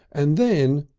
and then.